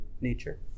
nature